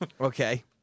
Okay